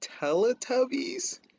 Teletubbies